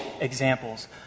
examples